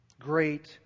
Great